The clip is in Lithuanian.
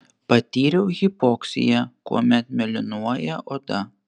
patyriau hipoksiją kuomet mėlynuoja oda